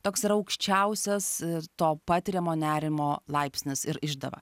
toks yra aukščiausias to patiriamo nerimo laipsnis ir išdava